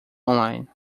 online